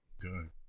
Good